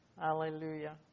Hallelujah